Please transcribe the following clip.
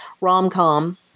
rom-com